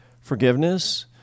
forgiveness